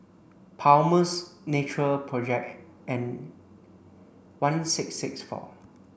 Palmer's Natural project and one six six four